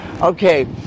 okay